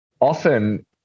often